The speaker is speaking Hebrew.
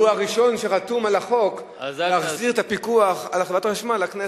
והוא הראשון שחתום על החוק להחזרת הפיקוח על חברת החשמל לכנסת.